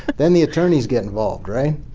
then the attorneys get involved, right?